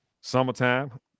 Summertime